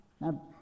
Now